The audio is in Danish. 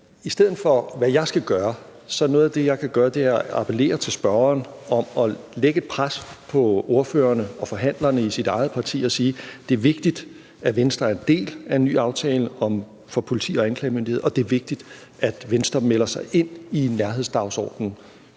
sig om, hvad jeg skal gøre, er noget af det, jeg kan gøre, at appellere til spørgeren om at lægge et pres på ordførerne og forhandlerne i sit eget parti og sige, at det er vigtigt, at Venstre er en del af en ny aftale for politi og anklagemyndighed, og at det er vigtigt, at Venstre melder sig ind i en nærhedsdagsorden,